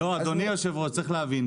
לא, אדוני היו"ר, צריך להבין.